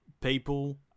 people